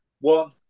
One